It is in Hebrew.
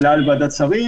העלאה לוועדת שרים